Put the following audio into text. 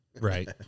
right